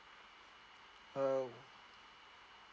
uh